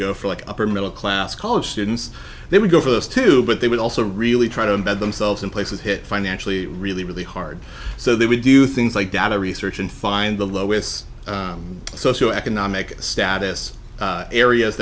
go for like upper middle class college students they would go first to but they would also really try to embed themselves in places hit financially really really hard so they would do things like data research and find the lowest socioeconomic status areas